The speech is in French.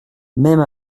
même